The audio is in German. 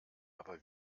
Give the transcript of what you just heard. aber